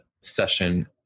session